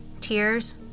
tears